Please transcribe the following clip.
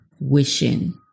wishing